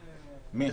גולן,